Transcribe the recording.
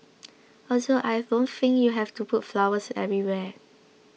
also I don't think you have to put flowers everywhere